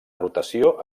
rotació